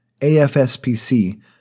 AFSPC